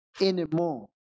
anymore